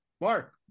Mark